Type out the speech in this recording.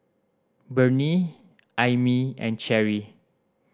Burney Aimee and Cherry